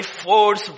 force